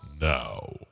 now